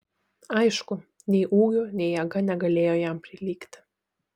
aišku nei ūgiu nei jėga negalėjo jam prilygti